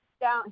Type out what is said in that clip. Down